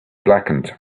blackened